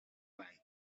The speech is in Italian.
venti